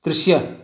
ದೃಶ್ಯ